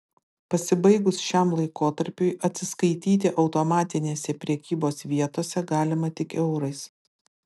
pasibaigus šiam laikotarpiui atsiskaityti automatinėse prekybos vietose galima tik eurais